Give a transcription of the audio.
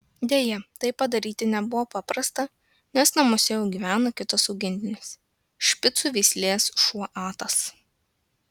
deja tai padaryti nebuvo paprasta nes namuose jau gyveno kitas augintinis špicų veislės šuo atas